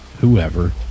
whoever